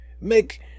make